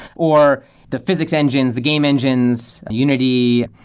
or the physics engines, the game engines, unity,